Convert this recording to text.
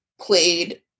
played